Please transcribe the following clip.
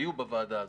היו בוועדה הזו.